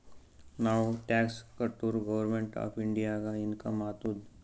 ನಾವ್ ಟ್ಯಾಕ್ಸ್ ಕಟುರ್ government of ಇಂಡಿಯಾಗ ಇನ್ಕಮ್ ಆತ್ತುದ್